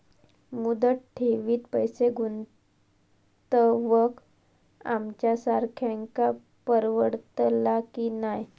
मुदत ठेवीत पैसे गुंतवक आमच्यासारख्यांका परवडतला की नाय?